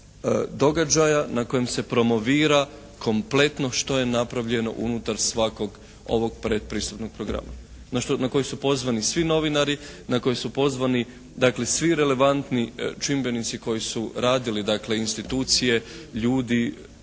događaja na kojem se promovira kompletno što je napravljeno unutar svakog ovog predpristupnog programa na koji su pozvani svi novinari, na koje su pozvani dakle svi relevantni čimbenici koji su radili dakle institucije, ljudi,